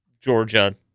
Georgia